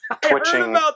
Twitching